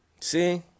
See